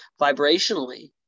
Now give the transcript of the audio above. vibrationally